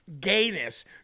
gayness